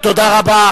תודה רבה,